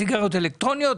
בסיגריות אלקטרוניות,